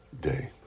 day